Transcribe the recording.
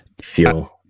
Feel